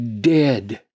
dead